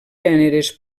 gèneres